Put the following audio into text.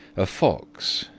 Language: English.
a fox,